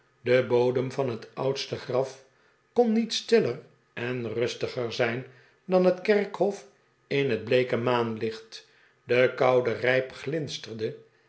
de bodem v an het oudste graf kon niet stiller en rustiger zijn dan het kerkhof in het bleeke maanlicht de koude rijp glinsterde